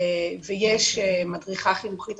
ויש מדריכה חינוכית,